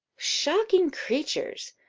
shocking creatures!